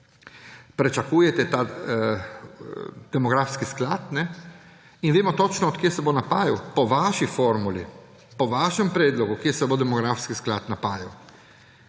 pričakujete, in vemo točno, kje se bo napajal – po vaši formuli, po vašem predlogu, kje se bo demografski sklad napajal.